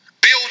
Build